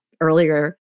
earlier